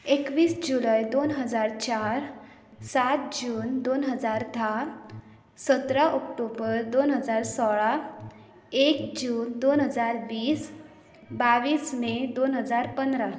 एकवीस जुलय दोन हजार चार सात जून दोन हजार धा सतरा ऑक्टोबर दोन हजार सोळा एक जून दोन हजार वीस बावीस मे दोन हजार पंदरा